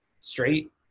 straight